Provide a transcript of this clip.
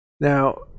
Now